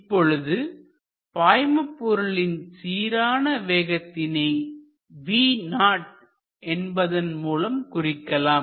இப்பொழுது பாய்மபொருளின் சீரான வேகத்தினை V0 என்பதன் மூலம் குறிக்கலாம்